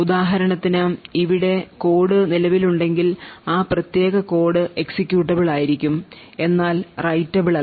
ഉദാഹരണത്തിന് ഇവിടെ കോഡ് നിലവിലുണ്ടെങ്കിൽ ആ പ്രത്യേക കോഡ് എക്സിക്യൂട്ടബിൾ ആയിരിക്കും എന്നാൽ writable അല്ല